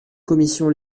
commission